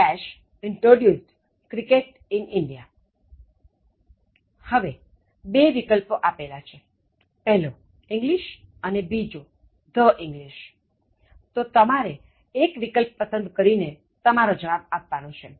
introduced cricket in Indiaહવે બે વિકલ્પો આપેલા છે પહેલોEnglish અને બીજોthe English તો તમારે એક વિકલ્પ પસંદ કરીને તમારો જવાબ આપવાનો છે